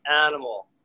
animal